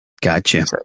gotcha